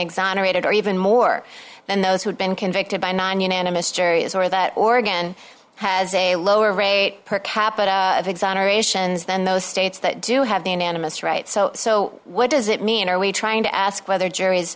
exonerated or even more than those who've been convicted by non unanimous jury or that oregon has a lower rate per capita of exonerations than those states that do have the unanimous right so so what does it mean are we trying to ask whether juries